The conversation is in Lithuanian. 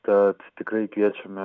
kad tikrai kviečiame